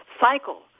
cycle